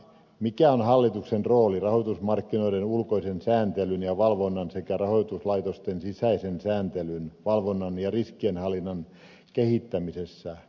mikä on hallituksen rooli rahoitusmarkkinoiden ulkoisen sääntelyn ja valvonnan sekä rahoituslaitosten sisäisen sääntelyn valvonnan ja riskienhallinnan kehittämisessä